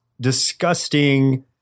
disgusting